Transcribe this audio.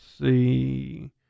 see